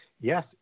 yes